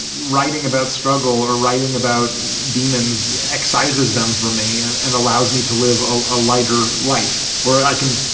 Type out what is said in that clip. writing about struggle or writing about demons, excises them for me and and allows me to live a lighter life where i can,